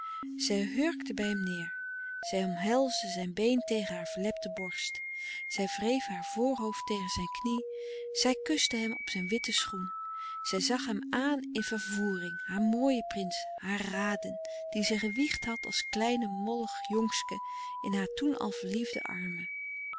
zij hurkte bij hem neêr zij omhelsde zijn been tegen haar verlepte borst zij wreef haar voorhoofd tegen zijn knie zij kuste hem op zijn witten schoen zij zag hem aan in vervoering haar mooien prins haar raden dien zij gewiegd had als klein mollig jongske in haar toen al verliefde armen